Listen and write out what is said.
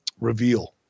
reveal